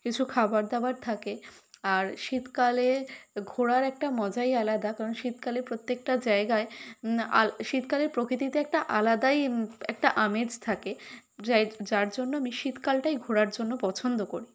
কিছু খাবার দাবার থাকে আর শীতকালে ঘোরার একটা মজাই আলাদা কারণ শীতকালে প্রত্যেকটা জায়গায় আল শীতকালের প্রকৃতিতে একটা আলাদাই একটা আমেজ থাকে যাই যার জন্য আমি শীতকালটাই ঘোরার জন্য পছন্দ করি